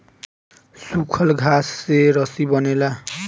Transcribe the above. सूखल घास से रस्सी बनेला